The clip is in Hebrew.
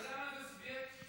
אתה יודע מה זה סובייט ברוסית?